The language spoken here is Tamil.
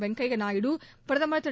வெங்கைய நாயுடு பிரதமர் திரு